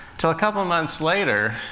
till a couple months later,